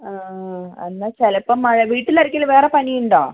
എന്നാൽ ചിലപ്പം മഴ വീട്ടിലാർക്കെങ്കിലും വേറെ പനിയുണ്ടോ